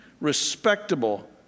respectable